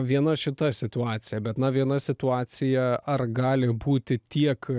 viena šita situacija bet na viena situacija ar gali būti tiek